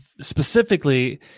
specifically